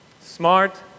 smart